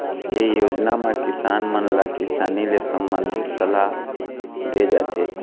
ए योजना म किसान मन ल किसानी ले संबंधित सलाह दे जाथे